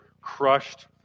crushed